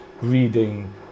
reading